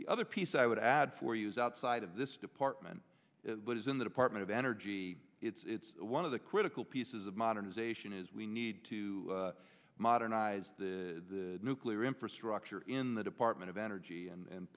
the other piece i would add for use outside of this department is in the department of energy it's one of the critical pieces of modernization is we need to modernize the nuclear infrastructure in the department of energy and